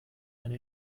eine